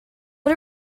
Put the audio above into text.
but